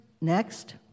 Next